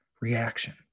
reaction